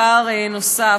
אנחנו מתקנים הערב פער נוסף,